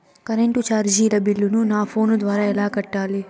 Current చార్జీల బిల్లును, నా ఫోను ద్వారా ఎలా కట్టాలి?